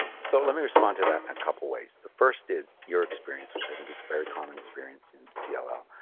so let me respond to that a couple of ways. the first is your experience, which i think is a very common experience in cll. ah ah